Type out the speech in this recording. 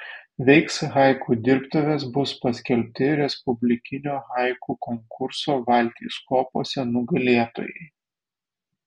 veiks haiku dirbtuvės bus paskelbti respublikinio haiku konkurso valtys kopose nugalėtojai